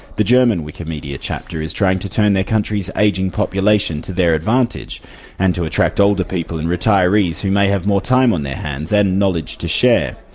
the german wikimedia chapter is trying to turn their country's ageing population to their advantage and to attract older people and retirees who may have more time on their hands, and knowledge to share.